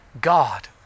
God